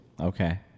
Okay